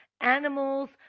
animals